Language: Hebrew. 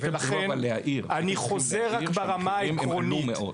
הייתם צריכים אבל להעיר שהמחירים עלו מאוד.